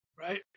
Right